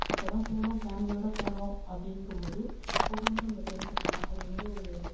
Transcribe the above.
இப்போதான் போகிறோம் ஃபேமிலியோடு போகிறோம் அப்படின்ங்கும்போது ஒவ்வொன்றும் நம்ம தெரிஞ்சுக்கலாம் அது வந்து ஒரு